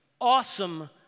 awesome